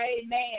Amen